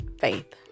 faith